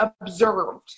observed